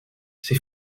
c’est